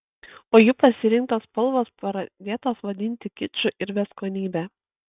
o jų pasirinktos spalvos pradėtos vadinti kiču ir beskonybe